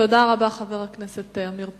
תודה רבה, חבר הכנסת עמיר פרץ.